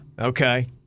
Okay